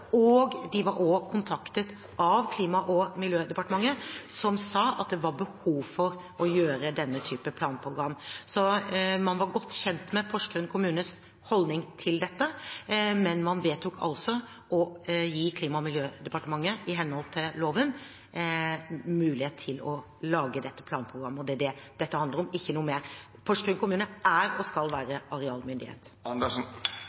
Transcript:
De var også kontaktet av Klima- og miljødepartementet, som sa at det var behov for å lage denne typen planprogram. Man var godt kjent med Porsgrunn kommunes holdning til dette, men man vedtok altså å gi Klima- og miljødepartementet – i henhold til loven – mulighet til å lage dette planprogrammet. Det er det dette handler om, ikke noe mer. Porsgrunn kommune er og skal